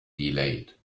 delayed